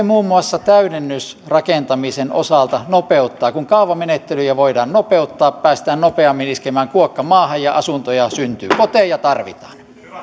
muun muassa täydennysrakentamisen osalta nopeuttaa kun kaavamenettelyjä voidaan nopeuttaa päästään nopeammin iskemään kuokka maahan ja asuntoja syntyy koteja tarvitaan